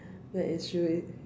well it's true it